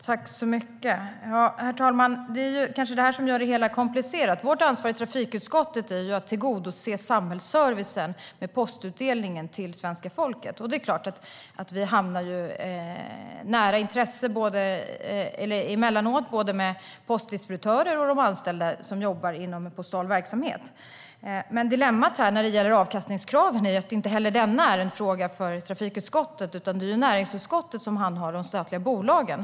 Herr talman! Det kanske är detta som gör det hela komplicerat. Vårt ansvar i trafikutskottet är att tillgodose samhällsservicen med postutdelning till svenska folket. Det är klart att vi emellanåt hamnar nära intresset för både postdistributörer och de anställda som jobbar inom postal verksamhet. Dilemmat när det gäller avkastningskravet är att inte heller detta är en fråga för trafikutskottet. Det är näringsutskottet som handhar de statliga bolagen.